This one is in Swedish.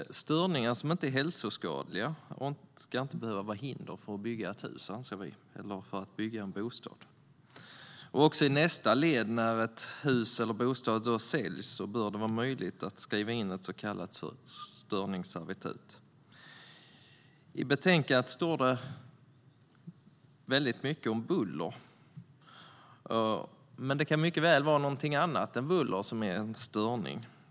Störningar som inte är hälsoskadliga ska inte behöva vara hinder för att bygga ett hus eller en bostad, anser vi. Också i nästa led, när ett hus eller en bostad säljs, bör det vara möjligt att skriva in ett så kallat störningsservitut. I betänkandet står det mycket om buller, men en störning kan mycket väl vara något annat än buller.